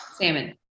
Salmon